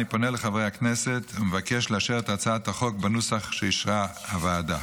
אני פונה לחברי הכנסת ומבקש לאשר את הצעת החוק בנוסח שאישרה הוועדה.